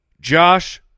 Josh